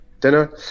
dinner